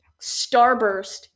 Starburst